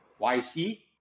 YC